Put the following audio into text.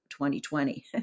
2020